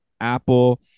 apple